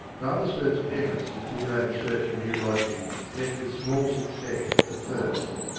father sturt's efforts to stimulate a search for new lodgings met with small success at first.